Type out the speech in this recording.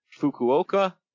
Fukuoka